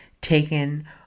taken